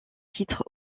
titre